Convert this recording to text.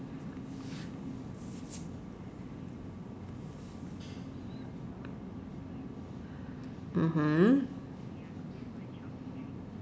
mmhmm